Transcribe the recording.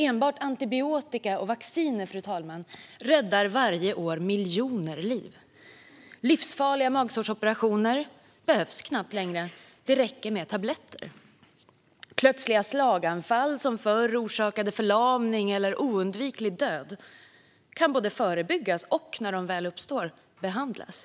Enbart antibiotika och vacciner, fru talman, räddar varje år miljoner liv. Livsfarliga magsårsoperationer behövs knappt längre - det räcker med tabletter. Plötsliga slaganfall som förr orsakade förlamning eller oundviklig död kan både förebyggas och, när de väl uppstår, behandlas.